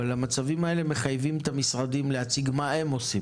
אבל המצבים האלה מחייבים את המשרדים להציג מה הם עושים,